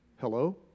Hello